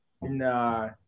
Nah